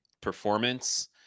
performance